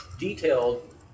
Detailed